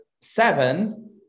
seven